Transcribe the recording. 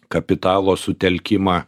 kapitalo sutelkimą